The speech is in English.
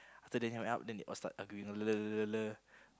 after Daniel went up then they all start arguing